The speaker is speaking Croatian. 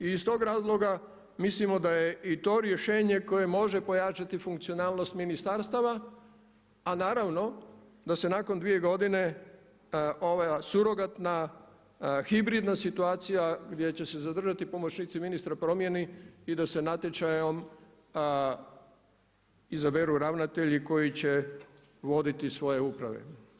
I iz tog razloga mislimo da je i to rješenje koje može pojačati funkcionalnost ministarstava, a naravno da se nakon dvije godine ova surogatna, hibridna situacija gdje će se zadržati pomoćnici ministra promijeni i da se natječajem izaberu ravnatelji koji će voditi svoje uprave.